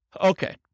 Okay